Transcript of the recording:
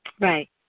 Right